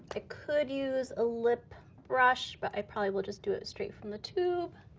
ah could use a lip brush, but i probably will just do it straight from the tube.